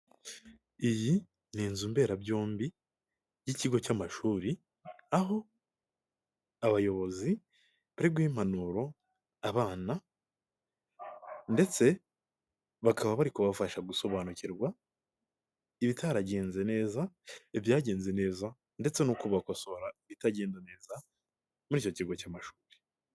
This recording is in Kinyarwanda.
Iyi ni inzu mberabyombi y'ikigo cy'amashuri aho abayobozi bari guha impanuro abana ndetse bakaba bari kubafasha gusobanukirwa ibitaragenze neza, ibyagenze neza ndetse no kubakosora bitagenda neza muri icyo kigo cy'amashuri.